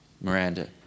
Miranda